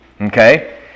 Okay